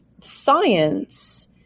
science